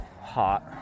hot